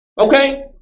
Okay